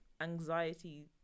anxiety